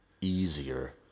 easier